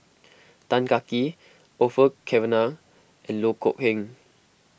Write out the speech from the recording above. Tan Kah Kee Orfeur Cavenagh and Loh Kok Heng